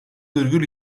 virgül